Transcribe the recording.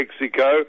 Mexico